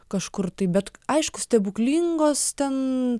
kažkur tai bet aišku stebuklingos ten